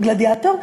גלדיאטור,